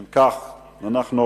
אם כך, אנחנו,